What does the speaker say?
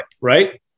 right